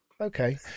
Okay